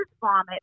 vomit